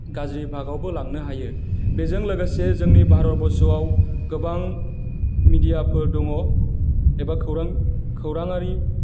गाज्रि बाहागआवबो लांनो हायो बेजों लोगोसे जोंनि भारतबर्सआव गोबां मिडियाफोर दङ एबा खौरां खौराङारि